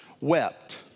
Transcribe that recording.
wept